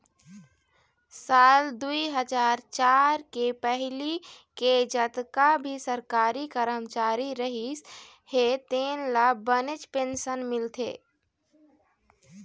साल दुई हजार चार के पहिली के जतका भी सरकारी करमचारी रहिस हे तेन ल बनेच पेंशन मिलथे